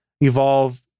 evolve